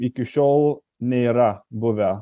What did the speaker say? iki šiol nėra buvę